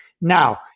Now